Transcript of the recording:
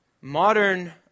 modern